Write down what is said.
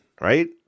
right